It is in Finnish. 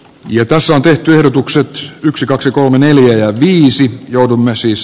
jokaisen täytyy odotukset ja yksi kaksi kolme neljä ja viisi joudumme siis